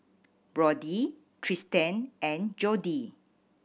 Brody Tristan and Jody